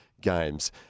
Games